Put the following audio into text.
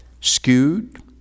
skewed